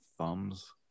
thumbs